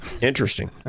Interesting